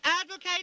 advocate